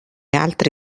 altri